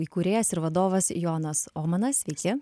įkūrėjas ir vadovas jonas omanas sveiki